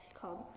called